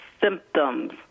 symptoms